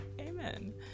amen